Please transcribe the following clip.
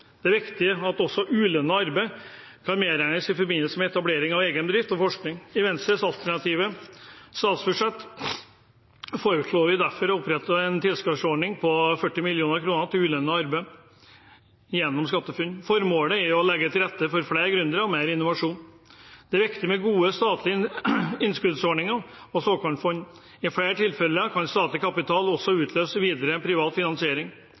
Det er viktig at også ulønnet arbeid kan medregnes i forbindelse med etablering av egen bedrift og forskning. I Venstres alternative statsbudsjett foreslår vi derfor å opprette en tilskuddsordning på 40 mill. kr til ulønnet arbeid gjennom SkatteFUNN. Formålet er å legge til rette for flere gründere og mer innovasjon. Det er viktig med gode statlige innskuddsordninger og såkornfond. I flere tilfeller kan statlig kapital også utløse videre privat finansiering.